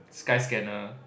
Skyscanner